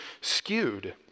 skewed